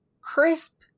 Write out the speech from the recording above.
crisp